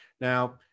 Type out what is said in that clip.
now